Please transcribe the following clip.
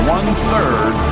One-third